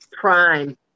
Prime